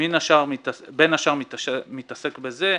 בין השאר מתעסק בזה.